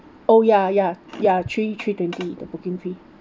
oh ya ya ya three three twenty the booking fee